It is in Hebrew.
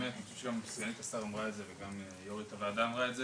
ואני חושב שגם סגנית השר אמרה את זה וגם יו"רית הוועדה אמרה את זה,